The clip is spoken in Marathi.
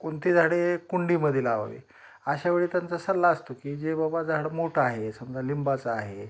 कोणते झाडे कुंडीमध्ये लावावे अशा वेळी त्यांचा सल्ला असतो की जे बाबा झाड मोठं आहे समजा लिंबाचं आहे